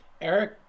Eric